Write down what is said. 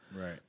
Right